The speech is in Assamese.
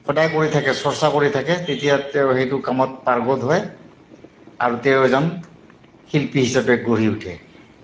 সদায় কৰি থাকে চৰ্চা কৰি থাকে তেতিয়া তেওঁ সেইটো কামত পাৰ্গত হয় আৰু তেওঁ এজন শিল্পী হিচাপে গঢ়ি উঠে